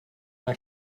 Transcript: mae